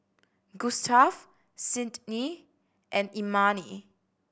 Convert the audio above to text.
Gustaf Sydnee and Imani